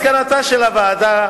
מסקנתה של הוועדה,